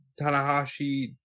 Tanahashi